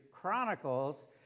Chronicles